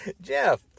Jeff